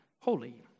holy